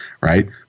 right